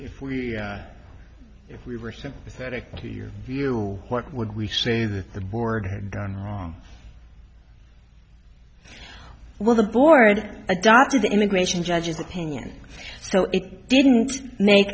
if we if we were sympathetic to your view what would we say that the board had done wrong when the board adopted the immigration judge's opinion so it didn't make